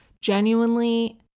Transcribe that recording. Genuinely